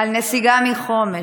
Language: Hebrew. נסיגה מחומש?"